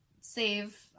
save